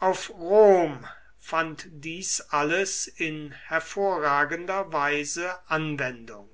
auf rom fand dies alles in hervorragender weise anwendung